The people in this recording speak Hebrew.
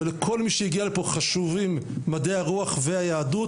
ולכל מי שהגיע לפה חשובים מדעי הרוח והיהדות,